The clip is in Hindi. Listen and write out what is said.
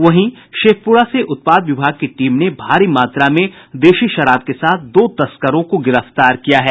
वहीं शेखपुरा से उत्पाद विभाग की टीम ने भारी मात्रा में देशी शराब के साथ दो तस्करों को गिरफ्तार किया है